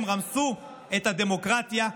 הם רמסו את הדמוקרטיה,